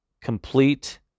complete